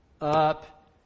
up